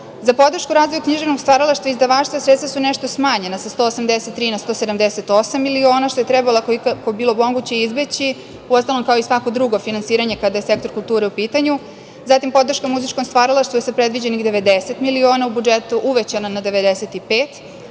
Za podršku razvoja književnog stvaralaštva izdavaštva sredstva su nešto smanjena sa 183 na 178 miliona, što je trebalo koliko je moguće bilo izbeći, uostalom kao i svako drugo finansiranje kada je sektor kulture u pitanju. Zatim, podrška muzičkom stvaralaštvu je sa predviđenih 90 miliona u budžetu uvećana na 95.